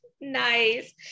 Nice